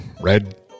Red